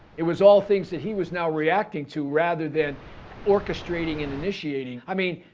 it was all things that he was now reacting to rather than orchestrating and initiating. i mean,